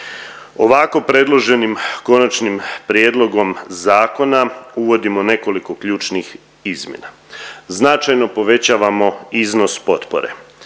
Ovako predloženim Konačnim prijedlogom zakona uvodimo nekoliko ključnih izmjena. Značajno povećavamo iznos potpore,